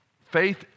faith